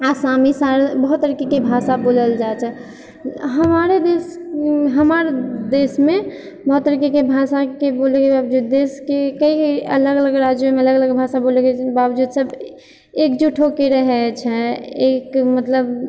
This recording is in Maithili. आसामी बहुत तरीकेके भाषा बोलल जाय छै हमारे देश हमर देशमे बहुत तरीकेके भाषाके बोलै देशके कइ अलग अलग राज्यमे अलग अलग भाषा बोलएके बावजूद सब एकजुट होके रहै छै एक मतलब